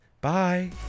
Bye